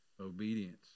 obedience